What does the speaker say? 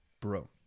bro